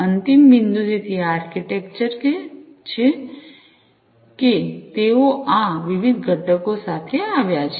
અંતિમ બિંદુ તેથી આ આ આર્કિટેક્ચર છે કે તેઓ આ વિવિધ ઘટકો સાથે આવ્યા છે